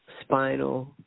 spinal